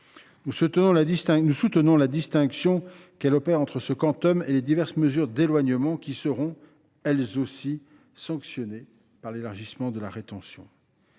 Nous soutenons la distinction qu’elle opère entre ce quantum et les diverses mesures d’éloignement qui seront, elles aussi, sanctionnées par l’élargissement de la rétention.